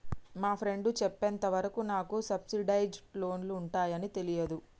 మా ఫ్రెండు చెప్పేంత వరకు నాకు సబ్సిడైజ్డ్ లోన్లు ఉంటయ్యని తెలీదు